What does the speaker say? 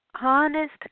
honest